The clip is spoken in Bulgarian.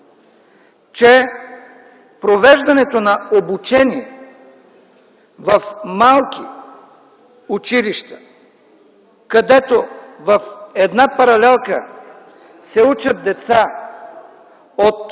че провеждането на обучение в малки училища, където в една паралелка се учат деца от